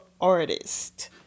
artist